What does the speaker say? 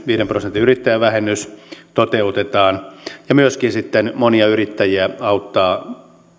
viiden prosentin yrittäjävähennys toteutetaan ja myöskin sitten monia yrittäjiä auttaa